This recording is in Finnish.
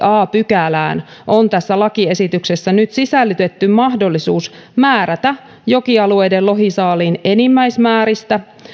a pykälään on tässä lakiesityksessä nyt sisällytetty mahdollisuus määrätä jokialueiden lohisaaliin enimmäismääristä